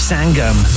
Sangam